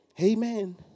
Amen